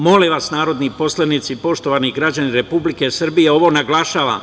Molim vas, narodni poslanici, poštovani građani Republike Srbije, ovo naglašavam.